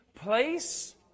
place